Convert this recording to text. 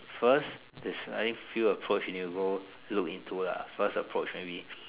first the science field approach you need to go look into lah the first approach maybe